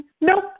Nope